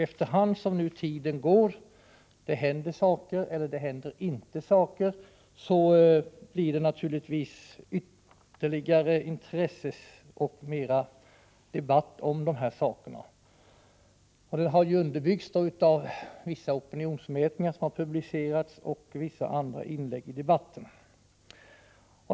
Efter hand som tiden går och saker händer eller inte händer blir det naturligtvis ett ytterligare intresse och mer debatt om dessa frågor. Det har underbyggts av vissa opinionsmätningar som publicerats och vissa andra inlägg i debatten.